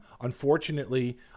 unfortunately